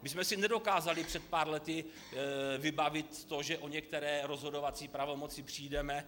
My jsme si nedokázali před pár lety vybavit to, že o některé rozhodovací pravomoci přijdeme.